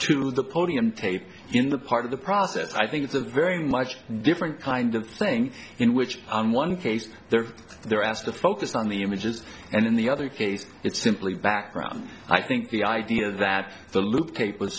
to the podium taped in the part of the process i think it's a very much different kind of thing in which one case there they're asked to focus on the images and in the other case it's simply background i think the idea that the loop tape was